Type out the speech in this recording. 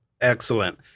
Excellent